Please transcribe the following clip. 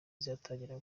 izatangirira